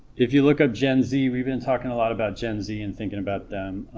if you look up gen z we've been talking a lot about gen z and thinking about them